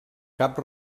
cap